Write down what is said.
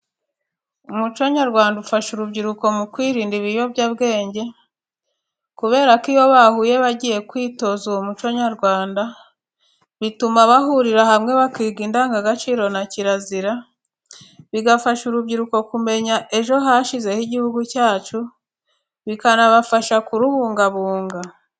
Umuco nyarwanda ufasha urubyiruko mu kwirinda ibiyobyabwenge， kubera ko iyo bahuye bagiye kwitoza uwo muco nyarwanda， bituma bahurira hamwe bakiga indangagaciro na kirazira， bigafasha urubyiruko kumenya ejo hashize h’igihugu cyacu， bikanabafasha kurubungabunga.